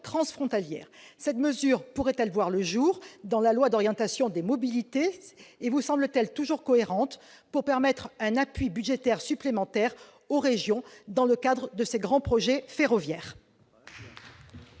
frontalières. Cette mesure pourrait-elle voir le jour dans la loi d'orientation des mobilités et vous semble-t-elle toujours cohérente pour permettre un appui budgétaire supplémentaire aux régions dans le cadre de ces grands projets ferroviaires ?